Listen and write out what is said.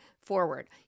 forward